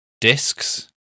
discs